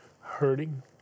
hurting